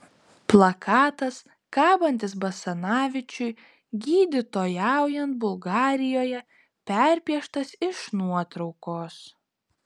plakatas kabantis basanavičiui gydytojaujant bulgarijoje perpieštas iš nuotraukos